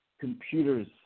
computers